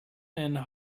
and